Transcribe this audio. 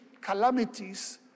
calamities